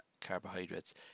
carbohydrates